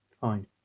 fine